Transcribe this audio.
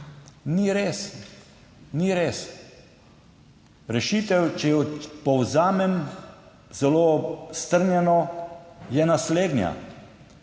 Ni res. Ni res. Rešitev, če povzamem zelo strnjeno, je naslednja: